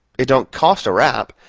it don't cost a rap,